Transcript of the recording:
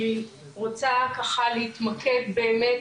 אני רוצה ככה להתמקד באמת,